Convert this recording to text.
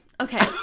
Okay